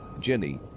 Jenny